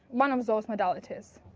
one absorbs modalities.